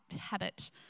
habit